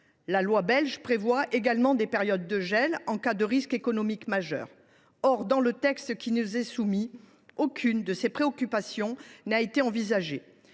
La loi belge prévoit également des périodes de gel en cas de risque économique majeur. Dans la proposition de loi qui nous est soumise, aucune de ces précautions n’a été envisagée.